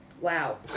Wow